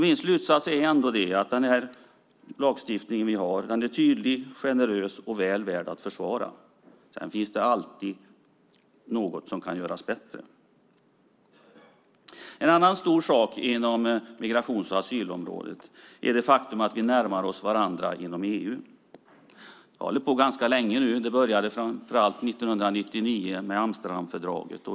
Min slutsats är att vår lagstiftning är tydlig, generös och väl värd att försvara. Men sedan finns det alltid något som kan göras bättre. En annan stor sak inom migrations och asylområdet är det faktum att vi närmar oss varandra inom EU. Det har nu hållit på ganska länge. Det började framför allt 1999 med Amsterdamfördraget.